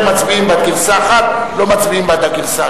מצביעים בעד גרסה אחת לא מצביעים בעד הגרסה